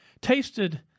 tasted